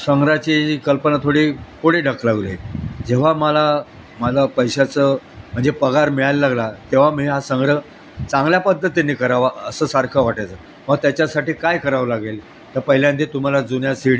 संग्रहाची ही जी कल्पना थोडी पुढे ढकलली जेव्हा मला मला पैशाचं म्हणजे पगार मिळायला लागला तेव्हा मी हा संग्रह चांगल्या पद्धतीने करावा असं सारखं वाटायचं मग त्याच्यासाठी काय करावं लागेल तर पहिल्यांदा तुम्हाला जुन्या सि